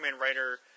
writer